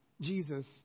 Jesus